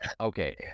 Okay